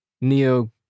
Neo